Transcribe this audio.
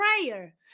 prayer